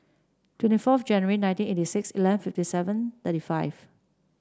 twenty fourth January nineteen eighty six eleven fifty seven thirty five